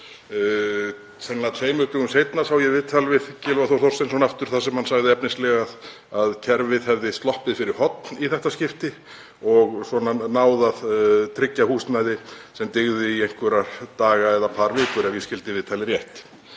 tveimur dögum seinna sá ég annað viðtal við Gylfa Þór Þorsteinsson þar sem hann sagði efnislega að kerfið hefði sloppið fyrir horn í þetta skipti og náð að tryggja húsnæði sem dygði í einhverja daga eða vikur, ef ég skildi viðtalið rétt.